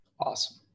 Awesome